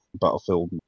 Battlefield